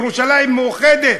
ירושלים מאוחדת,